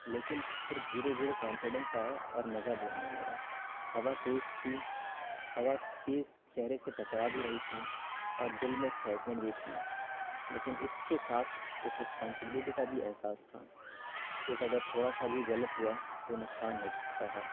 لیکن پھر دھیرے دھیرے کانفیڈینس آیا اور مزہ بھی آنے لگا ہوا تیز سی ہوا تیز چہرے سے ٹکرا بھی رہی تھی اور دل میں ایکسائٹمنٹ بھی تھی لیکن اس کے ساتھ ایک رسپانسبلٹی کا بھی احساس تھا ایک اگر تھوڑا سا بھی غلط ہوا تو نقصان ہو سکتا تھا